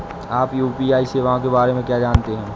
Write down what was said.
आप यू.पी.आई सेवाओं के बारे में क्या जानते हैं?